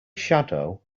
shadow